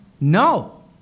No